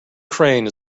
crane